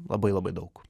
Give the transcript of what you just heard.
labai labai daug